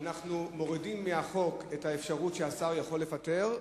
שאנחנו מורידים מהחוק את האפשרות שהשר יכול לפטר,